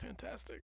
Fantastic